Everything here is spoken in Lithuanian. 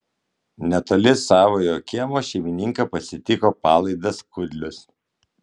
netoli savojo kiemo šeimininką pasitiko palaidas kudlius